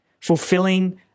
fulfilling